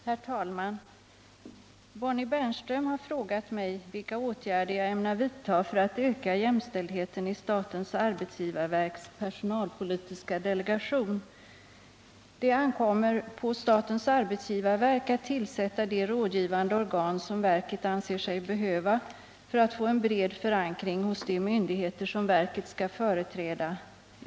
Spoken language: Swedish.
Herr talman! Bonnie Bernström har frågat mig vilka åtgärder jag ämnar vidta för att öka jämställdheten i statens arbetsgivarverks personalpolitiska delegation. Det ankommer på statens arbetsgivarverk att tillsätta de rådgivande organ som verket anser sig behöva för att få en bred förankring hos de myndigheter som verket skall företräda.